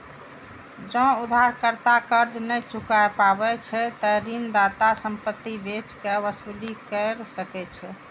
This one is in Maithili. जौं उधारकर्ता कर्ज नै चुकाय पाबै छै, ते ऋणदाता संपत्ति बेच कें वसूली कैर सकै छै